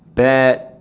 that